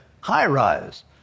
high-rise